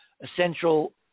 essential